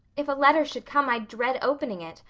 if a letter should come i'd dread opening it,